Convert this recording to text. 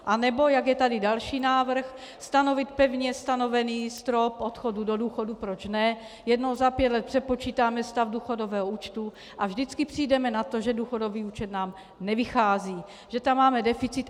Anebo, jak je tady další návrh, stanovit pevně stanovený strop odchodu do důchodu, proč ne, jednou za pět let přepočítáme stav důchodového účtu a vždycky přijdeme na to, že důchodový účet nám nevychází, že tam máme deficit.